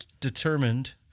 determined